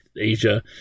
Asia